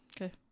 Okay